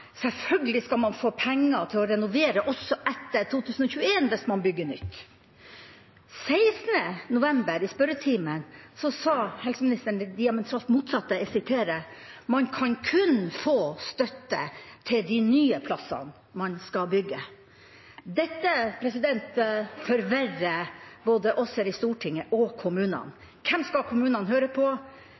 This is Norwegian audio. selvfølgelig skal man få penger til å renovere også etter 2021 hvis man bygger nytt. I spørretimen den 16. november sa helseministeren det diametralt motsatte, at man kun kan få støtte til de nye plassene man skal bygge. Dette gjør det verre både for oss i Stortinget og for kommunene. Hvem skal kommunene høre på